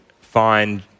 find